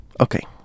okay